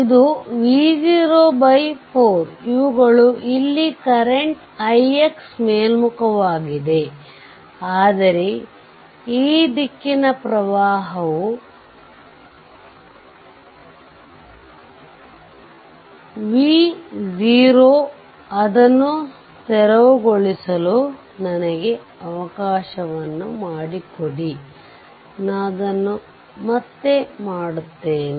ಇದು V0 4 ಇವುಗಳು ಇಲ್ಲಿ ಕರೆಂಟ್ ix ಮೇಲ್ಮುಖವಾಗಿದೆ ಆದರೆ ಈ ದಿಕ್ಕಿನ ಪ್ರವಾಹವು ವಿ ನಿಮ್ಮ ವಿ 0 ವಿ ಅದನ್ನು ತೆರವುಗೊಳಿಸಲು ನನಗೆ ಅವಕಾಶ ಮಾಡಿಕೊಡಿ ನಾನು ಅದನ್ನು ಮತ್ತೆ ಮಾಡುತ್ತೇನೆ